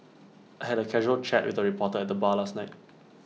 I had A casual chat with A reporter at the bar last night